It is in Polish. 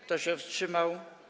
Kto się wstrzymał?